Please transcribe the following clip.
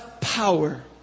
power